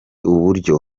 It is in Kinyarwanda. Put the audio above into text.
uburyo